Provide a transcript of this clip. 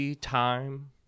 time